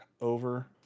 over